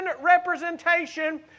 representation